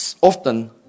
often